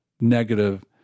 negative